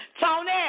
Tony